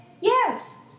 Yes